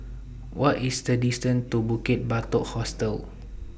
What IS The distance to Bukit Batok Hostel